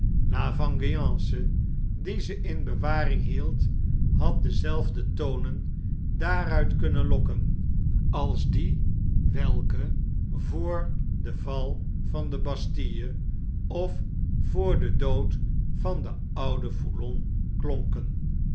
c e die ze in bewaring hield had dezelfde tonen daaruit kunnen lokken als die welke voor den val van de bastille of voor den dood van den ouden foulon klonken